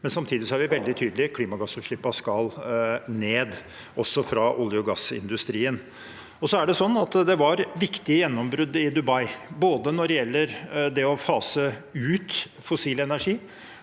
men samtidig er vi veldig tydelige på at klimagassutslippene skal ned, også i olje- og gassindustrien. Det var viktige gjennombrudd i Dubai, både når det gjelder å fase ut fossil energi,